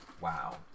Wow